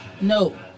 No